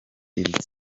iri